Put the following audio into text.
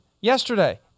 yesterday